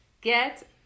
Get